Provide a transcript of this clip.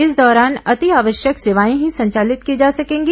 इस दौरान अति आवश्यक सेवाए ही संचालित की जा सकेंगी